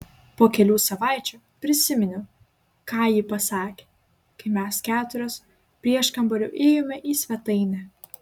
po kelių savaičių prisiminiau ką ji pasakė kai mes keturios prieškambariu ėjome į svetainę